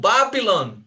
Babylon